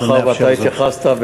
מאחר שאתה התייחסת,